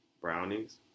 brownies